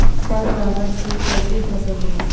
पर परागण से कईसे फसल होई?